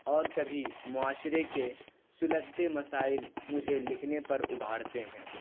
اور کبھی معاشرے کے سلگتے مسائل مجھے لکھنے پر ابھارتے ہیں